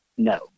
No